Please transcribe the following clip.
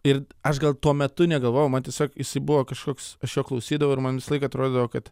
ir aš gal tuo metu negalvojau man tiesiog jisai buvo kažkoks aš jo klausydavau ir man visąlaik atrodydavo kad